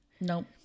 Nope